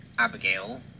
Abigail